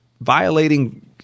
violating